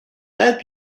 that